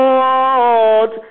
Lord